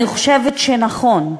אני חושבת שנכון,